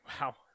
wow